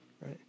right